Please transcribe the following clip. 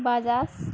Bajaj